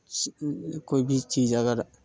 कोइ भी चीज अगर